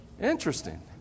Interesting